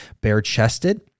bare-chested